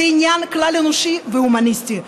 זה עניין כלל-אנושי והומניסטי.